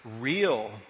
real